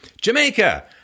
Jamaica